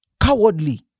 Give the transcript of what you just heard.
cowardly